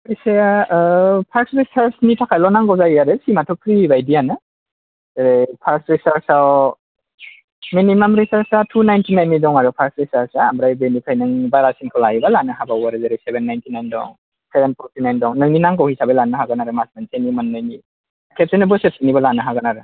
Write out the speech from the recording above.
फैसाया फार्स्त रिसार्जनि थाखायल' नांगौ जायो आरो सिमआथ' फ्रि बायदियानो फार्स्त रिसार्जआव मिनिमाम रिसार्जआ थु नाइनथि नाइननि दं आरो फार्स्त रिसार्जआ ओमफ्राय बिनिफ्राय नों बारासिनखौ लायोबा लानो हाबावो आरो जेरै सेभेन नाइनथिनाइन दं सेभेन फरथिनाइन दं नोंनि नांगौ हिसाबै लानो हागोन आरो मास मोनसेनि मोननैनि खेबसेनो बोसोरसेनिबो लानो हागोन आरो